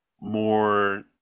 More